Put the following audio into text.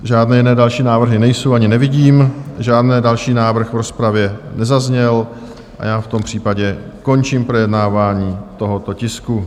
Žádné další jiné návrhy nejsou ani nevidím, žádný další návrh v rozpravě nezazněl a já v tom případě končím projednávání tohoto tisku.